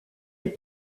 est